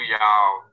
y'all